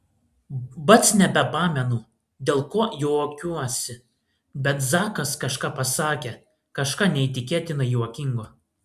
pats nebepamenu dėl ko juokiuosi bet zakas kažką pasakė kažką neįtikėtinai juokingo